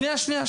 שניה.